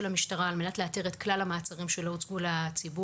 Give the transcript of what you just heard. המשטרה על מנת לאתר את כלל המעצרים שלא הוצגו לציבור.